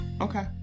Okay